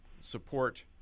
support